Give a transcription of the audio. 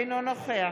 אינו נוכח